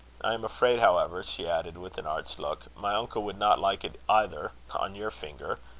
i am afraid, however, she added, with an arch look, my uncle would not like it either on your finger.